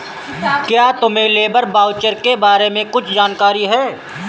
क्या तुम्हें labour voucher के बारे में कुछ जानकारी है?